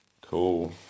Cool